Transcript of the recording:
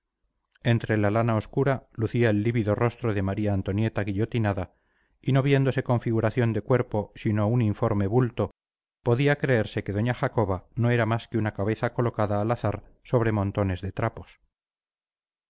entre la lana obscura lucía el lívido rostro de maría antonieta guillotinada y no viéndose configuración de cuerpo sino un informe bulto podía creerse que doña jacoba no era más que una cabeza colocada al azar sobre montones de trapos